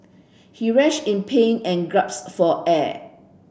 he writhed in pain and gasped for air